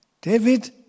David